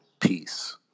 Peace